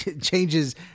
changes